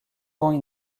souvent